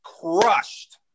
crushed